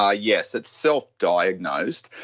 ah yes. it's self-diagnosed.